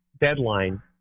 deadline